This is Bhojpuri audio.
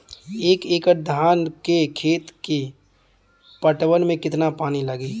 एक एकड़ धान के खेत के पटवन मे कितना पानी लागि?